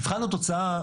במבחן התוצאה,